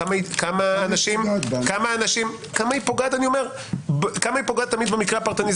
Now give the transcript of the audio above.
כמה היא פוגעת ברמה הפרטנית